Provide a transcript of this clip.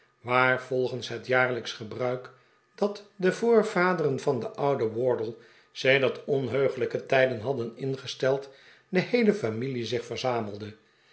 waar volgens het jaarlijksch gebruik dat de voorvaderen van den ouden wardle sedert onheuglijke tijden hadden ingesteld de geheele familie zich verzamelde